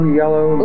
yellow